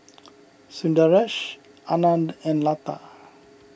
Sundaresh Anand and Lata